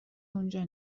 اونجا